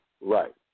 Right